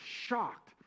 shocked